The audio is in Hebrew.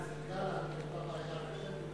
אצל גלנט הייתה בעיה אחרת.